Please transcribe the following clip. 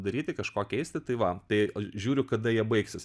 daryti kažko keisti tai va tai žiūriu kada jie baigsis